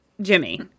Jimmy